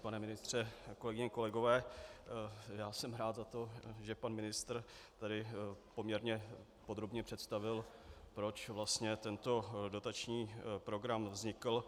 Pane ministře, kolegyně, kolegové, jsem rád za to, že pan ministr tady poměrně podrobně představil, proč vlastně tento dotační program vznikl.